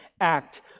act